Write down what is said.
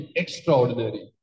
extraordinary